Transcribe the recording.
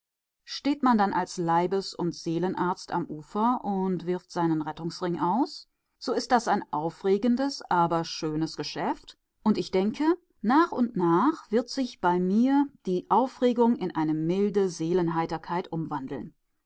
man dann als leibes und seelenarzt am ufer und wirft seinen rettungsring aus so ist das ein aufregendes aber schönes geschäft und ich denke nach und nach wird sich bei mir die aufregung in eine milde seelenheiterkeit umwandeln